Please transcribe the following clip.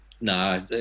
No